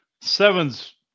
seven's